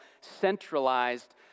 centralized